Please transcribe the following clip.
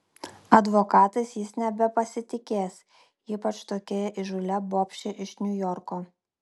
advokatais jis nebepasitikės ypač tokia įžūlia bobše iš niujorko